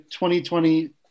2020